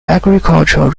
agricultural